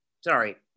Sorry